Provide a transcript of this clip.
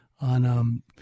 on